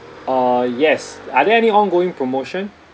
uh yes are there any ongoing promotion